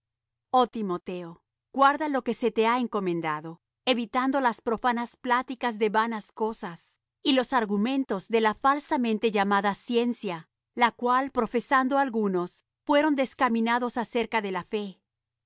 oh timoteo guarda lo que se te ha encomendado evitando las profanas pláticas de vanas cosas y los argumentos de la falsamente llamada ciencia la cual profesando algunos fueron descaminados acerca de la fe